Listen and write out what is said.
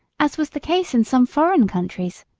as was the case in some foreign countries.